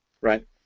right